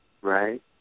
right